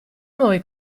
noi